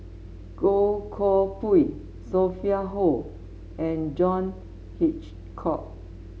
Goh Koh Pui Sophia Hull and John Hitchcock